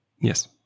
Yes